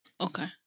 Okay